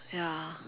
ya